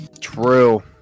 True